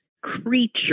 creature